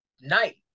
night